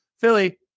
Philly